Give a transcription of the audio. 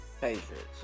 Patriots